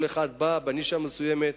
כל אחד בא בנישה מסוימת,